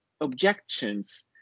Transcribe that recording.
objections